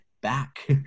back